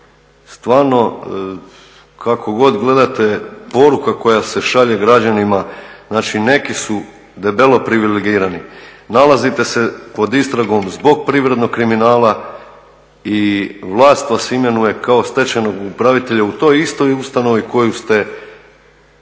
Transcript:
Stvarno kako god gledate poruka koja se šalje građanima, znači neki su debelo privilegirani. Nalazite se pod istragom zbog privrednog kriminala i vlast vas imenuje kao stečajnog upravitelja u toj istoj ustanovi koju ste pod